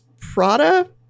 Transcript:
Prada